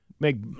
make